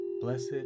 Blessed